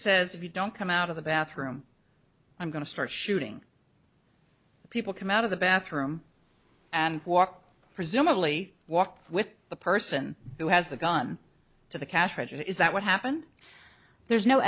says if you don't come out of the bathroom i'm going to start shooting people come out of the bathroom and walk presumably walk with the person who has the gun to the cash register is that what happened there's no